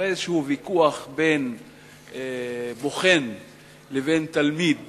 שאחרי ויכוח כלשהו בין בוחן לבין תלמיד